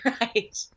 Right